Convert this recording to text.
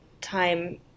time